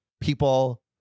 people